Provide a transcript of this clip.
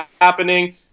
happening